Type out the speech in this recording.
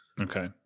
Okay